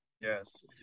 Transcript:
yes